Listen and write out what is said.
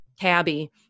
tabby